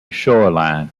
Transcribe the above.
shoreline